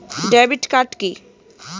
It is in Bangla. Debit card key?